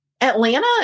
atlanta